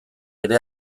ere